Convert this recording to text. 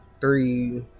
three